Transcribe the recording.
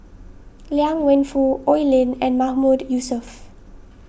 Liang Wenfu Oi Lin and Mahmood Yusof